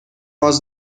was